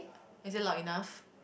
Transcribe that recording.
is it loud enough